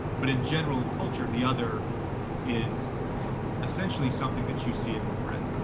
but in general in culture, the other is essentially something that you see as a threat.